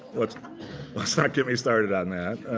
let's let's not get me started on that.